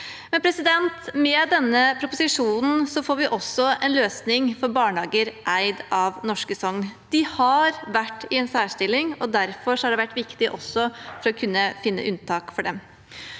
Med denne proposisjonen får vi også en løsning for barnehager eid av norske sokn. De har vært i en særstilling, og derfor har det vært viktig å kunne finne unntak for dem.